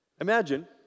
Imagine